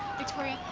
victoria,